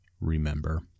remember